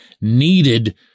needed